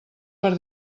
per